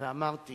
ואמרתי